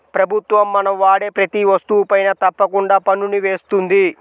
ప్రభుత్వం మనం వాడే ప్రతీ వస్తువుపైనా తప్పకుండా పన్నుని వేస్తుంది